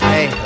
Hey